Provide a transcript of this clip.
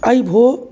अयि भोः